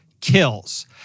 kills